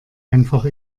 einfach